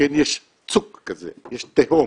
יש צוק כזה, יש תהום,